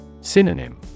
Synonym